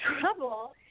trouble